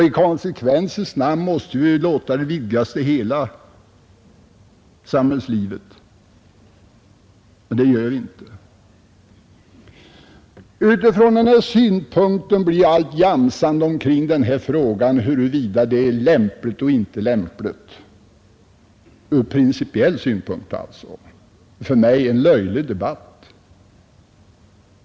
I konsekvensens namn måste vi ju låta det vidgas till hela samhällslivet, men det gör vi inte. Utifrån den här synpunkten blir allt jamsande omkring denna fråga huruvida det är lämpligt eller inte lämpligt — ur principiell synpunkt alltså — för mig en löjlig debatt.